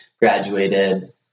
Graduated